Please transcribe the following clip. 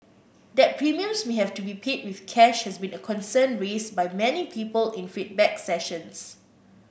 that premiums may have to be paid with cash has been a concern raised by many people in feedback sessions